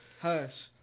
hush